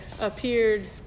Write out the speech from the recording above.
appeared